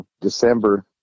December